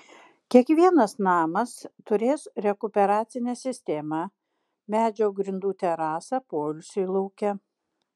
kiekvienas namas turės rekuperacinę sistemą medžio grindų terasą poilsiui lauke